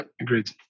agreed